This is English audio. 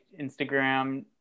instagram